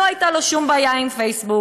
לא הייתה לו שום בעיה עם פייסבוק.